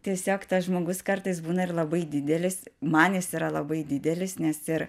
tiesiog tas žmogus kartais būna ir labai didelis man jis yra labai didelis nes ir